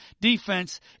defense